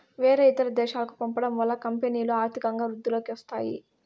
వేరే ఇతర దేశాలకు పంపడం వల్ల కంపెనీలో ఆర్థికంగా వృద్ధిలోకి వస్తాయి